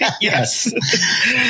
Yes